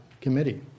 Committee